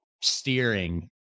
steering